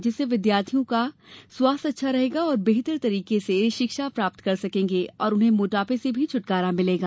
जिससे विद्यार्थियों का स्वास्थ्य अच्छा रहेगा और बेहतर तरीके से शिक्षा प्राप्त कर सकेंगे और उन्हें मोटापे से भी छुटकारा मिलेगा